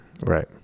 Right